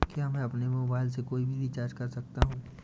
क्या मैं अपने मोबाइल से कोई भी रिचार्ज कर सकता हूँ?